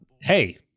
hey